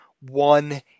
one